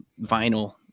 vinyl